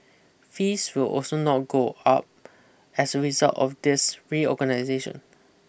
fees will also not go up as a result of this reorganisation